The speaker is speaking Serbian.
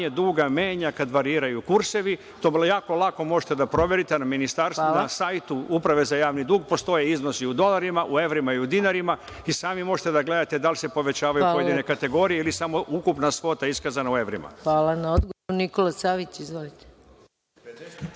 duga menja kada variraju kursevi, to vrlo lako možete da proverite, na sajtu Uprave za javni dug postoje iznosi u dolarima, u evrima i u dinarima i sami možete da gledate da li se povećavaju pojedine kategorije ili samo ukupna svota iskazana u evrima. **Maja Gojković** Hvala. Gospodin Nikola Savić. Izvolite.